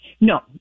No